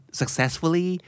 successfully